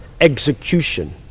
execution